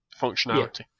functionality